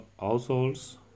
households